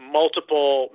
multiple